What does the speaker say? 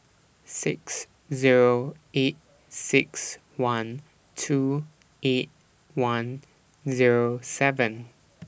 six Zero eight six one two eight one Zero seven